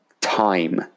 time